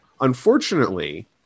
unfortunately